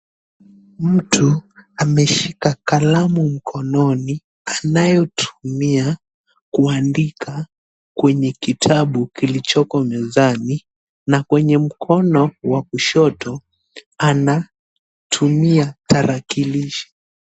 Mtu ameshika kalamu mkononi anayotumia kuandika kwenye kitabu kilichoko mezani na kwenye mkono wa kushoto anatumia tarakilishi.